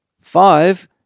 Five